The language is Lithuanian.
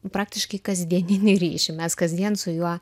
praktiškai kasdieninį ryšį mes kasdien su juo